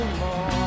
more